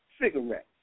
cigarettes